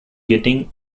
getting